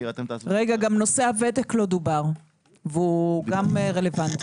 גם על נושא הוותק לא דובר וגם הוא רלוונטי.